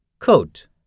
Coat